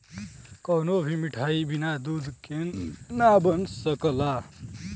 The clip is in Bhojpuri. कवनो भी मिठाई बिना दूध के ना बन सकला